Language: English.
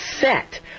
set